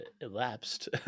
elapsed